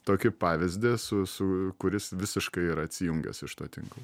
tokį pavyzdį su su kuris visiškai yra atsijungęs iš to tinklo